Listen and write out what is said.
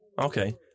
Okay